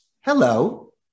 Hello